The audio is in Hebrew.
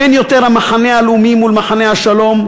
אין יותר המחנה הלאומי מול מחנה השלום,